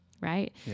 Right